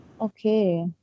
Okay